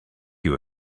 you